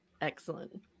Excellent